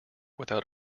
without